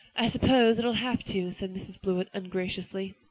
i suppose it'll have to, said mrs. blewett ungraciously.